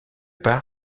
par